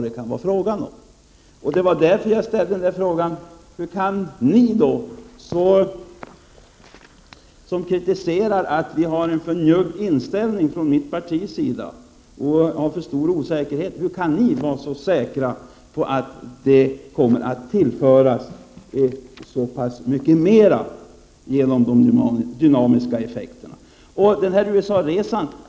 Det är mot den bakgrunden som jag ställde frågan: Hur kan ni som kritiserar oss och som påstår att de som tillhör mitt parti har en alltför njugg inställning och visar en alltför stor osäkerhet vara så säkra på att de dynamiska effekterna kommer att ge så mycket mera?